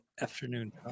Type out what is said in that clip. afternoon